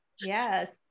Yes